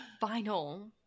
final